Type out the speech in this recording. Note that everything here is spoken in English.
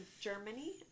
Germany